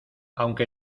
aunque